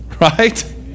Right